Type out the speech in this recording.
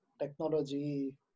Technology